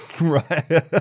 Right